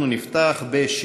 לפתוח את ישיבת הכנסת.